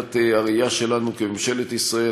מבחינת הראייה שלנו כממשלת ישראל,